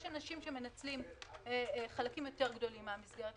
יש אנשים שמנצלים חלקים גדולים יותר מן המסגרת,